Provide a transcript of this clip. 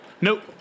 Nope